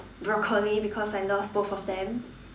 broccoli because I love both of them